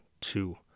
two